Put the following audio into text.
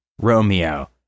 Romeo